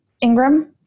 Ingram